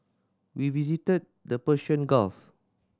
we visited the Persian Gulf